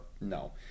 No